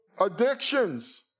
addictions